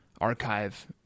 archive